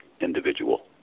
individual